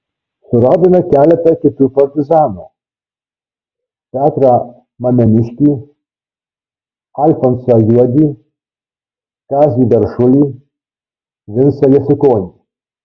suradome keletą kitų partizanų petrą mameniškį alfonsą juodį kazį veršulį vincą jasiukonį